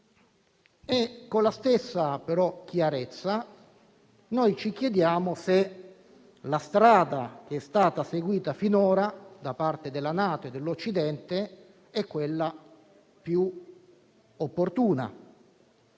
Con la stessa chiarezza, però, noi ci chiediamo se la strada seguita finora da parte della NATO e dell'Occidente sia quella più opportuna.